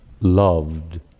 loved